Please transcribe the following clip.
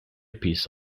piece